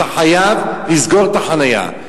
אתה חייב לסגור את החנייה.